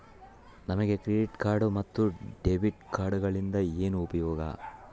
ನಮಗೆ credit card ಮತ್ತು debit ಕಾರ್ಡುಗಳಿಂದ ಏನು ಉಪಯೋಗ?